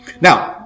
Now